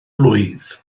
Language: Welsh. blwydd